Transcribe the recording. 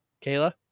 Kayla